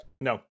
No